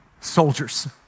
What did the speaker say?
Soldiers